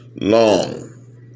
long